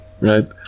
Right